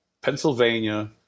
Pennsylvania